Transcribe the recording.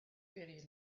beauty